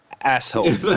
asshole